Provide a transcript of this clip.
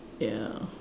ya